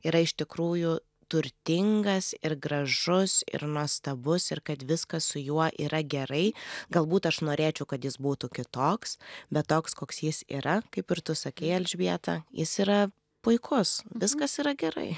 yra iš tikrųjų turtingas ir gražus ir nuostabus ir kad viskas su juo yra gerai galbūt aš norėčiau kad jis būtų kitoks bet toks koks jis yra kaip ir tu sakei elžbieta jis yra puikus viskas yra gerai